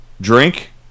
drink